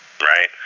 right